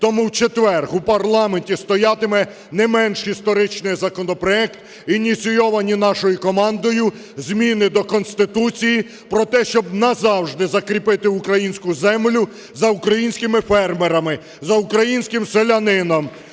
Тому в четвер у парламенті стоятиме не менш історичний законопроект, ініційовані нашою командою зміни до Конституції про те, щоб назавжди закріпити українську землю за українськими фермерами, за українським селянином.